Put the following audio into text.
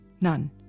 None